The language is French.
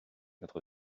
notre